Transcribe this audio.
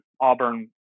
Auburn